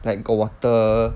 like got water